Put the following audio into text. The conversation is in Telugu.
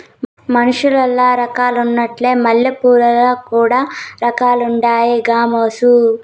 మనుసులల్ల రకాలున్నట్లే మల్లెపూలల్ల కూడా రకాలుండాయి గామోసు